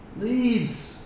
Leads